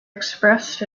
expressed